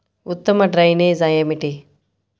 ఉత్తమ డ్రైనేజ్ ఏమిటి?